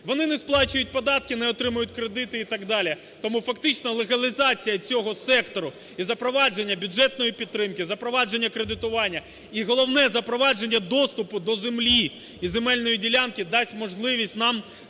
Вони не сплачують податки, не отримують кредити і так далі, тому фактично легалізація цього сектору і запровадження бюджетної підтримки, запровадження кредитування і головне – запровадження доступу до землі і земельної ділянки дасть можливість нам